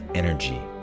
energy